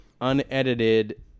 unedited